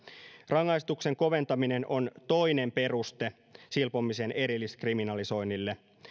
rangaistuksen koventaminen on toinen peruste silpomisen erilliskriminalisoinnille